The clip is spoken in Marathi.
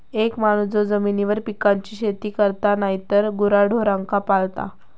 एक माणूस जो जमिनीवर पिकांची शेती करता नायतर गुराढोरांका पाळता